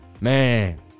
man